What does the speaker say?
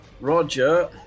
Roger